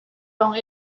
lawng